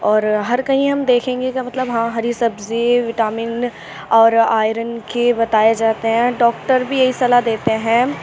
اور ہر کہیں ہم دیکھیں گے کہ مطلب ہاں ہری سبزی وٹامن اور آئرن کے بتائے جاتے ہیں ڈاکٹر بھی یہی صلاح دیتے ہیں